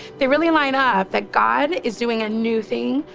they really line up. that god is doing a new thing,